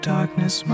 darkness